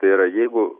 tai yra jeigu